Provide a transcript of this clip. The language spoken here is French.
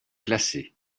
classé